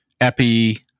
epi